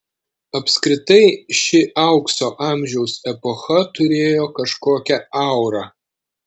apskritai ši aukso amžiaus epocha turėjo kažkokią aurą